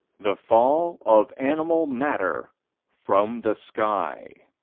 the fall of animal-matter from the sky.